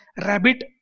rabbit